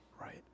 right